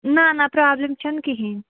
نا نا پرٛابلِم چھَنہٕ کِہیٖنۍ